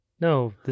No